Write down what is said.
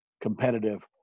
competitive